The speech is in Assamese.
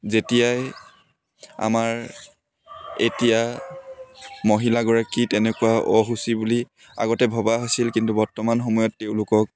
যেতিয়াই আমাৰ এতিয়া মহিলাগৰাকী তেনেকুৱা অশুচি বুলি আগতে ভবা হৈছিল কিন্তু বৰ্তমান সময়ত তেওঁলোকক